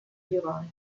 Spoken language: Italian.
gironi